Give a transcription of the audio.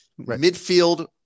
midfield